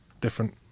different